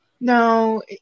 No